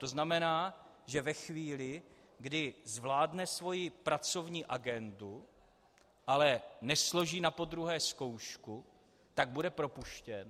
To znamená, že ve chvíli, kdy zvládne svoji pracovní agendu, ale nesloží napodruhé zkoušku, tak bude propuštěn.